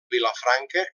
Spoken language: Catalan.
vilafranca